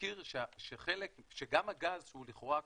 ומכיר שגם הגז, שהוא לכאורה קומודיטי,